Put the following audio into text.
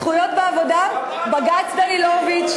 זכויות בעבודה, גם את לא תצליחי.